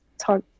talk